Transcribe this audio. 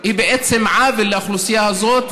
היא בעצם עוול לאוכלוסייה הזאת,